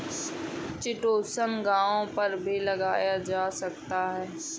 chitosan घावों पर भी लगाया जा सकता है